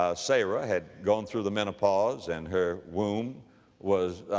ah sarah had gone through the menopause and her womb was,